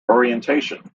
orientation